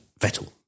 Vettel